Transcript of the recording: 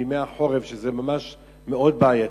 בימי החורף, שזה ממש מאוד בעייתי.